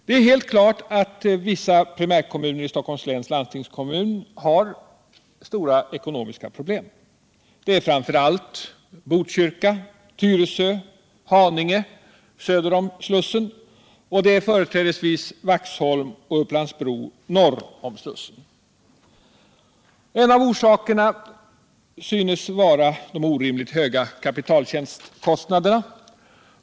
Det är helt klart att vissa primärkommuner i Stockholms läns landstingskommun har stora ekonomiska problem, framför allt Botkyrka, Tyresö och Haninge söder om Slussen samt Vaxholm och Upplands Bro norr om Slussen. En av orsakerna synes vara de orimligt höga kapitaltjänstkostnaderna.